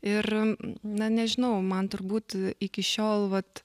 ir na nežinau man turbūt iki šiol vat